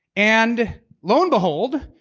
and lo and behold,